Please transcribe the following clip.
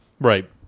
Right